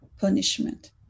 punishment